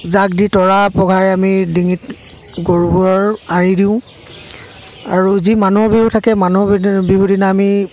জাক দি তৰা পঘাৰে আমি ডিঙিত গৰুবোৰৰ আৰি দিওঁ আৰু যি মানুহৰ বিহু থাকে মানুহৰ বিহু বিহুৰ দিনা আমি